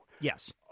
Yes